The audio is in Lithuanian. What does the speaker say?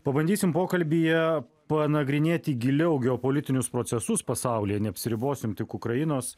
pabandysim pokalbyje panagrinėti giliau geopolitinius procesus pasaulyje neapsiribosim tik ukrainos